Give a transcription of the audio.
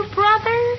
brother